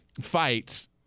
fights